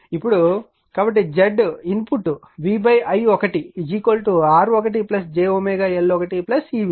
ఇప్పుడు కాబట్టి Z input V i1 R1 j L1 ఈ విలువ